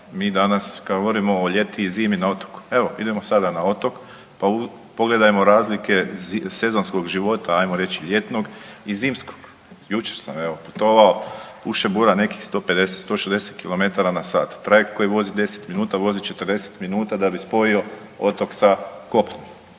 Mi danas kad govorimo o ljeti i zimi na otoku, evo idemo sada na otok, pa pogledajmo razlike sezonskog života ajmo reći ljetnog i zimskog. Jučer sam evo putovao, puše bura nekih 150-160 km/h, trajekt koji vozi 10 minuta vozi 40 minuta da bi spojio otok sa kopnom.